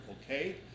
okay